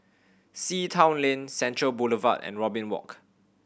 Sea Town Lane Central Boulevard and Robin Walk